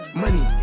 money